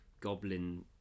goblin